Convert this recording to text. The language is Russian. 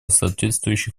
соответствующих